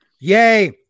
Yay